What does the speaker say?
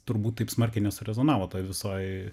turbūt taip smarkiai nesurezonavo visai